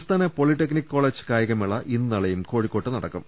സംസ്ഥാന polytechnic college കായിക ്മേള ഇന്നും നാളെയും കോഴിക്കോട്ട് നടക്കും